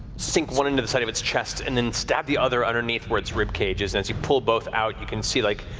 sink one into the side of its chest and then stab the other underneath where its ribcage is and as you pull both out you can see like,